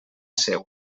seua